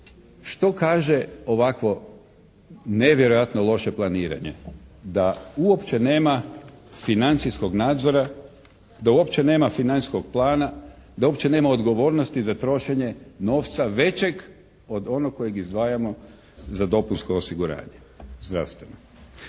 Što kaže ovakvo nevjerojatno loše planiranje? Da uopće nema financijskog nadzora, da uopće nema financijskog plana, da uopće nema odgovornosti za trošenje novca većeg od onoga kojeg izdvajamo za dopunsko osiguranje, zdravstveno.